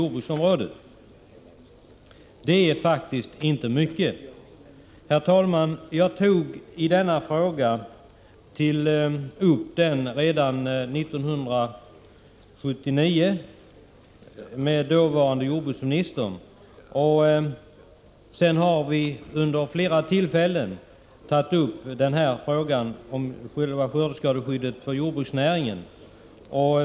Det är faktiskt inte mycket. Herr talman! Jag tog till orda i denna fråga redan 1979 med dåvarande jordbruksministern. Jag har senare vid flera tillfällen tagit upp frågan om nytt skördeskadeskydd inom jordbruksnäringen.